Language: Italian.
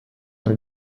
tra